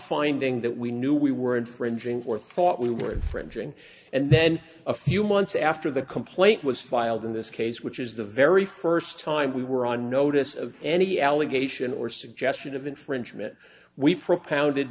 finding that we knew we were infringing or thought we were fringing and then a few months after the complaint was filed in this case which is the very first time we were on notice of any allegation or suggestion of infringement we propounded